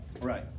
Right